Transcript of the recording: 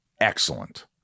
excellent